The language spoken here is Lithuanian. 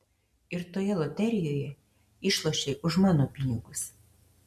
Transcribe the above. ir toje loterijoje išlošei už mano pinigus